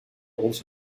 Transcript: ons